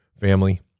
family